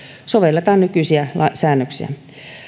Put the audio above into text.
sovellettaisiin nykyisiä säännöksiä